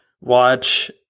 watch